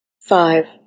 Five